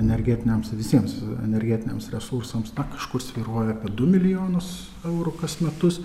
energetiniams visiems energetiniams resursams tą kažko svyruoja apie du milijonus eurų kas metus